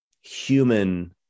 human